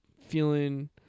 feeling